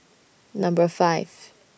Number five